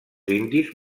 indis